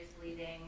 bleeding